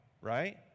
right